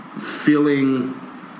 feeling